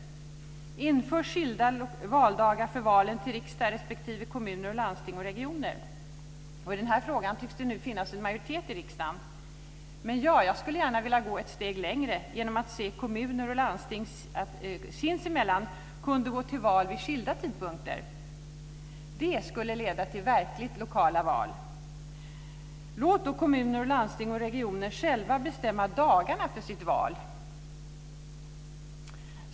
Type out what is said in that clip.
Inför skilda valdagar för valen till riksdag respektive kommuner, landsting och regioner! För detta förefaller det nu finnas en majoritet i riksdagen. Men jag vill gå ett steg längre och ser gärna att kommuner och landsting sinsemellan kunde gå till val vid skilda tidpunkter. Det skulle leda till verkligt lokala val. Låt då kommuner, regioner och landsting själva bestämma dagarna för sina val!